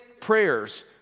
prayers